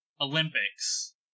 Olympics